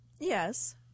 Yes